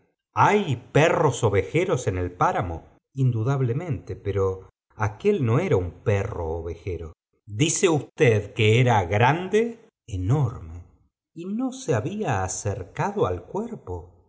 hay perros ovejeros en el páramo p indudablemente pero aquél no era un perro ovejero dice usted que era grande enorme y no se había acercado al cuerpo